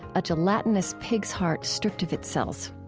a gelatinous pig's heart stripped of its cells.